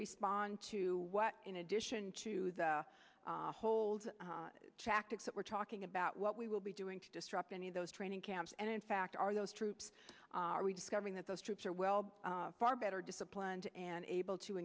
respond to what in addition to the hold tactics that we're talking about what we will be doing to disrupt any of those training camps and in fact are those troops are we discovering that those troops are well far better discipline and able to